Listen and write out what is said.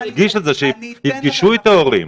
להדגיש שיפגשו את ההורים.